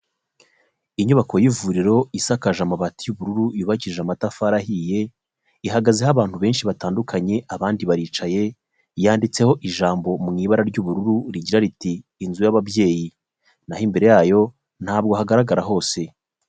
Inyubako y'ivuriro isakaje amabati y'ubururu yubakije amatafari ahiye ihagazeho abantu benshi batandukanye abandi baricaye yanditseho ijambo mu ibara ry'ubururu rigira riti inzu y'ababyeyi, naho imbere yayo ntabwo hagaragara hose.